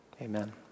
Amen